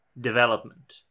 development